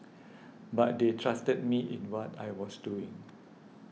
but they trusted me in what I was doing